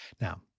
Now